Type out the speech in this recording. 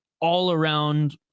all-around